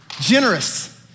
Generous